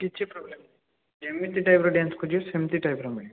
କିଛି ପ୍ରୋବ୍ଲେମ୍ ନାହିଁ ଯେମିତି ଟାଇପ୍ ର ଡ୍ୟାନ୍ସ ଖୋଜିବେ ସେମିତି ଟାଇପ୍ ର ମିଳିବ